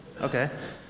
Okay